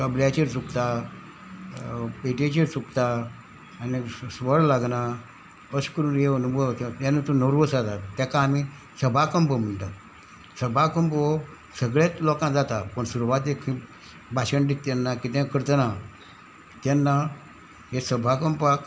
तबल्याचेर चुकता पेटयेचेर चुकता आनी स्वर लागना अश करून ह्यो अनुभव जेन्ना तूं नर्वस जाता तेका आमी सभा कंप म्हणटात सभा कंप हो सगळेच लोकांक जाता पूण सुरवातेक भाशण दिता तेन्ना कितेंय करतना तेन्ना हे सभा कंपाक